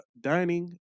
dining